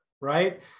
right